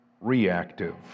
reactive